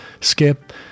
Skip